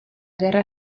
guerra